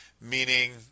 Meaning